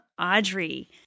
Audrey